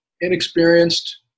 inexperienced